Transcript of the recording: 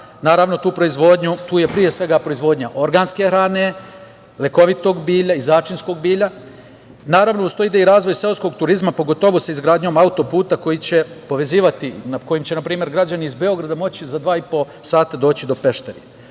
Naravno, tu je pre svega proizvodnja organske hrane, lekovitog i začinskog bilja, a uz to ide i razvoj seoskog turizma, pogotovo sa izgradnjom auto-puta, koji će povezivati i kojim će, recimo, građani iz Beograda moći za dva i po sata doći do Pešteri.Međutim,